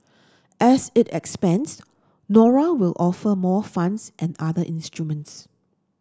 as it expands Nora will offer more funds and other instruments